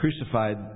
crucified